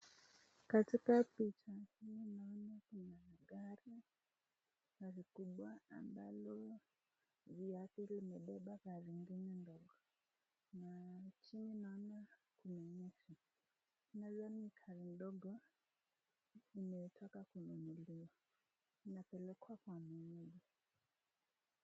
Katika picha hii naona kuna gari, gari kubwa ambalo limebeba lingine ndogo na chini naona gari ndogo imetoka kununuliwa linapelekwa kwa mwenyewe.